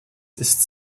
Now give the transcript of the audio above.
ist